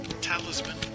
talisman